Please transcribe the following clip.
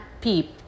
PEEP